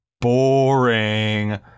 Boring